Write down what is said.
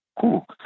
cool